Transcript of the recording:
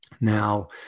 Now